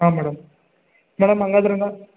ಹಾಂ madam madam ಹಾಗಾದ್ರೆ ನಾನು